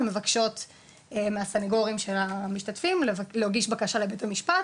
ומבקשות מהסניגורים שלנו המשתתפים להגיש בקשה לבית המשפט